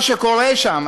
מה שקורה שם,